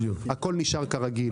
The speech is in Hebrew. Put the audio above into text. הכול נשאר כרגיל.